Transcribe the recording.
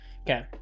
okay